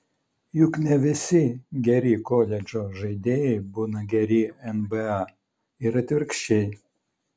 juk ne visi geri koledžo žaidėjai būna geri nba ir atvirkščiai